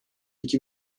iki